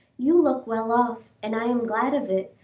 you look well off, and i am glad of it,